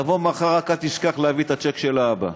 תבוא מחר, רק אל תשכח להביא את הצ'ק של אבא.